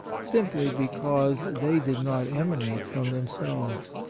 simply because they did not emanate from themselves,